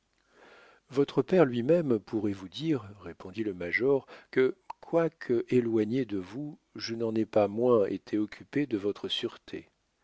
votre père lui-même pourrait vous dire répondit le major que quoique éloigné de vous je n'en ai pas moins été occupé de votre sûreté